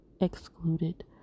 excluded